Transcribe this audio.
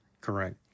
correct